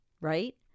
right